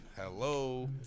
Hello